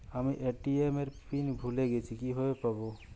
আমি এ.টি.এম এর পিন ভুলে গেছি কিভাবে পাবো?